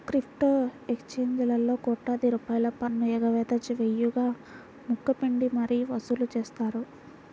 crypto ఎక్స్చేంజీలలో కోట్లాది రూపాయల పన్ను ఎగవేత వేయగా ముక్కు పిండి మరీ వసూలు చేశారు